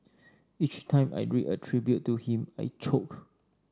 each time I read a tribute to him I choke